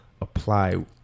apply